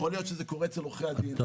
יכול להיות שזה קורה אצל עורכי הדין --- נתן,